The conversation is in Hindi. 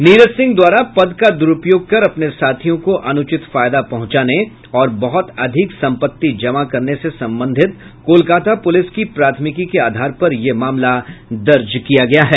नीरज सिंह द्वारा पद का दुरुपयोग कर अपने साथियों को अनुचित फायदा पहुंचाने और बहुत अधिक सम्पत्ति जमा करने से संबंधित कोलकाता पुलिस की प्राथमिकी के आधार पर यह मामला दर्ज किया गया है